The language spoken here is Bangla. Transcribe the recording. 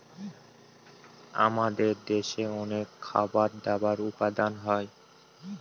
আমাদের দেশে অনেক খাবার দাবার উপাদান হয়